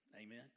Amen